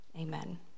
Amen